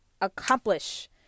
Accomplish